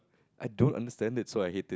I don't understand that so I hate it